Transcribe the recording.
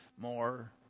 more